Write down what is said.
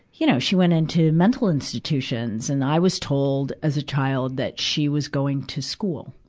you, know, she went into mental institutions, and i was told, as a child, that she was going to school.